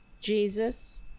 jesus